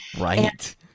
right